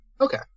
Okay